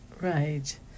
Right